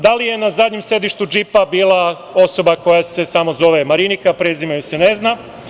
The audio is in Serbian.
Da li je na zadnjem sedištu džipa bila osoba koja se samo zove Marinika, prezime joj se ne zna?